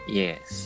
yes